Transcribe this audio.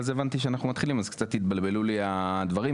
ואז הבנתי שאנחנו מתחילים וקצת התבלבלו לי הדברים.